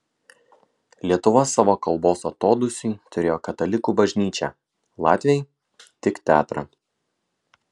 lietuva savo kalbos atodūsiui turėjo katalikų bažnyčią latviai tik teatrą